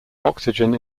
oxygen